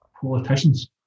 politicians